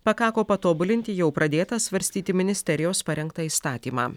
pakako patobulinti jau pradėtą svarstyti ministerijos parengtą įstatymą